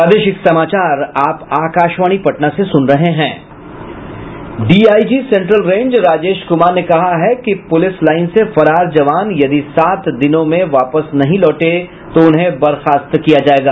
DIG central range Rajesh Kumar ने कहा है कि पुलिस लाईन से फरार जवान यदि सात दिनों में वापस नहीं लौटे तो उन्हें बर्खास्त किया जायेगा